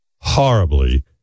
horribly